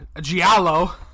giallo